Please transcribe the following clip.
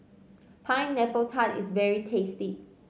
Pineapple Tart is very tasty